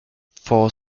for